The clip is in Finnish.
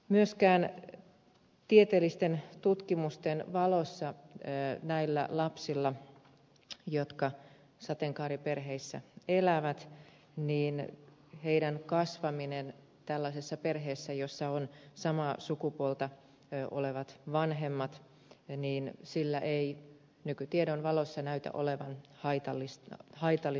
myöskään tieteellisten tutkimusten valossa ei näillä lapsilla jotka sateenkaariperheissä nykytiedon valossa lapsen kasvaminen tällaisessa sateenkaariperheessä jossa on samaa sukupuolta olevat vanhemmat ei nykytiedon valossa näytä olevan haitallista haitta oli